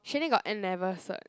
she only got N-level cert